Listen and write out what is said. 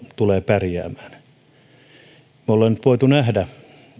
tulee pärjäämään me olemme voineet nähdä